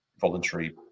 voluntary